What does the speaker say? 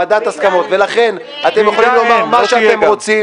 אתם יכולים לומר מה שאתם רוצים